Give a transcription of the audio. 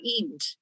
end